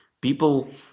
people